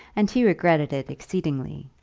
and he regretted it exceedingly.